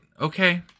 Okay